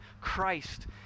Christ